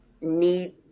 need